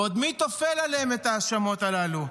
ועוד מי טופל עליהם את ההאשמות הללו?